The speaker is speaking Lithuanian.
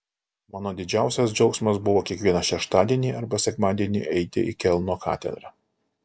mano didžiausias džiaugsmas buvo kiekvieną šeštadienį arba sekmadienį eiti į kelno katedrą